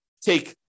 take